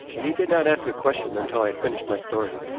and he did not ask a question until i had finished my story.